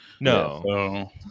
No